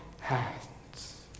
hands